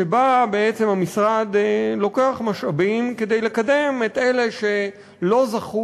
שבה בעצם המשרד לוקח משאבים כדי לקדם את אלה שלא זכו